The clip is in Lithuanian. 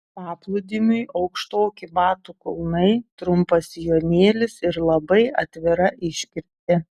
paplūdimiui aukštoki batų kulnai trumpas sijonėlis ir labai atvira iškirptė